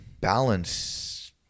balance